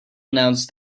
announce